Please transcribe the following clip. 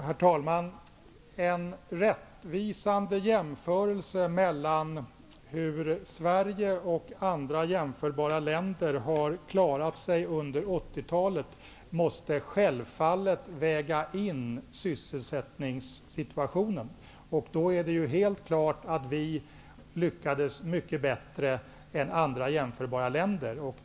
Herr talman! En rättvisande jämförelse mellan hur Sverige och andra jämförbara länder har klarat sig under 80-talet måste självfallet väga in sysselsättningssituationen. Då är det helt klart att vi lyckades mycket bättre än andra jämförbara länder.